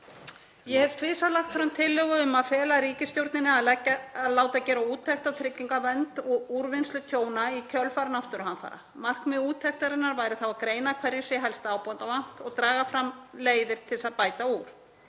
Ég hef tvisvar lagt fram tillögu um að fela ríkisstjórninni að láta gera úttekt á tryggingavernd og úrvinnslu tjóna í kjölfar náttúruhamfara. Markmið úttektarinnar væri þá að greina hverju sé helst ábótavant og draga fram leiðir til að bæta úr.